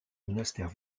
monastère